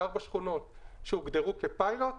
לארבע שכונות שהוגדרו כפיילוט,